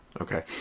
Okay